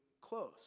close